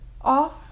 off